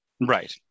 Right